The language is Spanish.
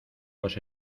los